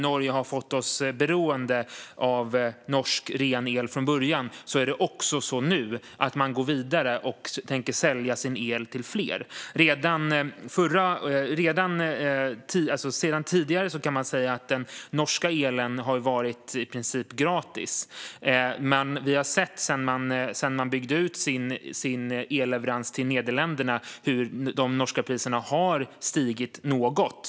Norge har alltså fått oss beroende av norsk ren el från början. Nu går de vidare och tänker sälja sin el till fler. Man kan säga att den norska elen i princip har varit gratis, men sedan de byggde ut sin elleverans till Nederländerna har vi sett hur de norska priserna har stigit något.